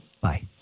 Bye